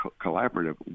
collaborative